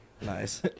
Nice